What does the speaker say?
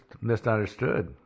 misunderstood